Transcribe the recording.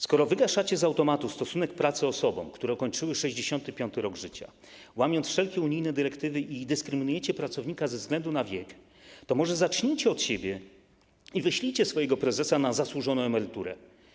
Skoro wygaszacie z automatu stosunek pracy osobom, które ukończyły 65. rok życia, łamiąc wszelkie unijne dyrektywy, i dyskryminujecie pracownika ze względu na wiek, to może zacznijcie od siebie i wyślijcie swojego prezesa na zasłużoną emeryturę.